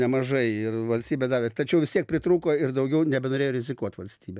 nemažai ir valstybė davė tačiau vis tiek pritrūko ir daugiau nebenorėjo rizikuot valstybė